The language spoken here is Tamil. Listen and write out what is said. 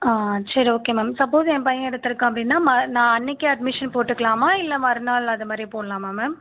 சரி ஓகே மேம் சப்போஷ் என் பையன் எடுத்துருக்கான் அப்படினா ம நான் அன்றைக்கே அட்மிஷன் போட்டுக்கலாமா இல்லை மறுநாள் அதுமாதிரி போடலாமா மேம்